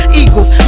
eagles